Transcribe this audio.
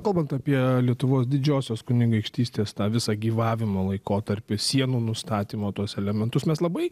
kalbant apie lietuvos didžiosios kunigaikštystės tą visą gyvavimo laikotarpį sienų nustatymo tuos elementus mes labai